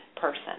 person